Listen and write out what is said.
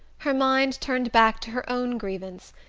her mind turned back to her own grievance,